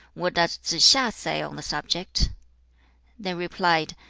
what does tsze-hsia say on the subject they replied,